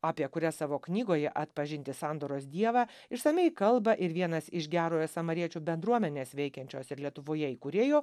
apie kurias savo knygoje atpažinti sandoros dievą išsamiai kalba ir vienas iš gerojo samariečio bendruomenės veikiančios ir lietuvoje įkūrėjo